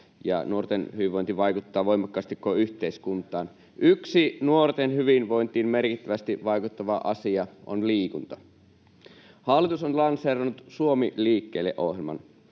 ja nuorten hyvinvointi vaikuttaa voimakkaasti koko yhteiskuntaan. Yksi nuorten hyvinvointiin merkittävästi vaikuttava asia on liikunta. Hallitus on lanseerannut Suomi liikkeelle ‑ohjelman,